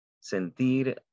Sentir